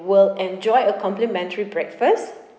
will enjoy a complimentary breakfast